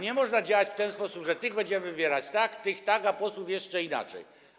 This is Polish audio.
Nie można działać w taki sposób, że tych będziemy wybierać tak, tych - tak, a posłów jeszcze inaczej.